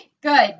Good